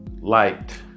liked